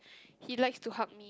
he likes to hug me